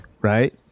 right